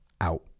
out